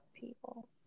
people